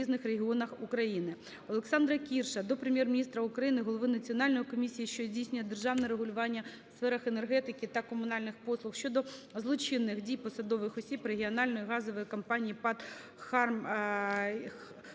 Олександра Кірша до Прем'єр-міністра України, Голови Національної комісії, що здійснює державне регулювання у сферах енергетики та комунальних послуг щодо злочинних дій посадових осіб регіональної газової компанії ПАТ